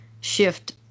shift